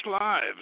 lives